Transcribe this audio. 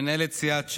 מנהלת סיעת ש"ס,